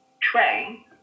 Train